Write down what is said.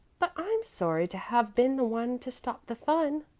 but i'm sorry to have been the one to stop the fun,